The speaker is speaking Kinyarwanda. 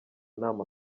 nta